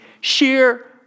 sheer